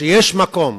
שיש מקום